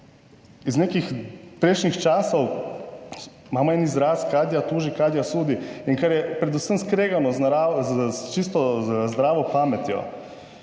iz nekih prejšnjih časov, imamo en izraz, kadija tuži, kadija sudi, in kar je predvsem skregano s čisto z zdravo pametjo.